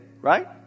right